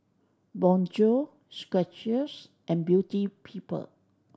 Bonjour Skechers and Beauty People